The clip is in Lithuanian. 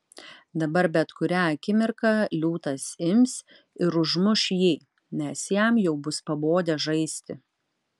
dabar bet kurią akimirką liūtas ims ir užmuš jį nes jam jau bus pabodę žaisti